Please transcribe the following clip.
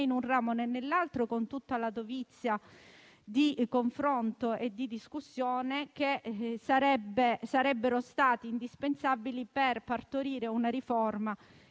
in un ramo né nell'altro, con tutta la dovizia di confronto e di discussione che sarebbe stata indispensabile per partorire una riforma